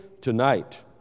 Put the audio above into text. tonight